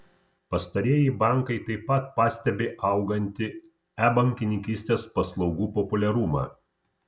pastarieji bankai taip pat pastebi augantį e bankininkystės paslaugų populiarumą